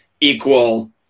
equal